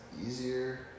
easier